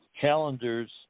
calendars